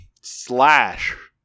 Slash